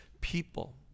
people